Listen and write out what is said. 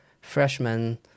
freshman